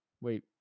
Wait